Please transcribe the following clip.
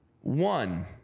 one